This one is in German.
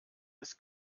ist